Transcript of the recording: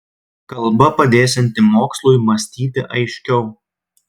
kalba padėsianti mokslui mąstyti aiškiau